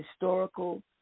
historical